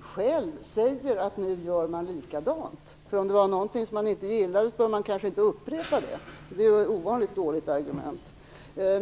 själv säger att man nu gör likadant. Om det var något som man inte gillade så bör man kanske inte upprepa det. Det var ett ovanligt dåligt argument.